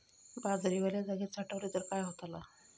बाजरी वल्या जागेत साठवली तर काय होताला?